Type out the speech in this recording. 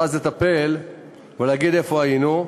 ואז לטפל ולהגיד: איפה היינו?